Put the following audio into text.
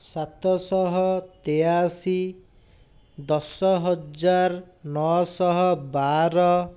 ସାତଶହ ତେୟାଅଶୀ ଦଶ ହଜାର ନଅଶହ ବାର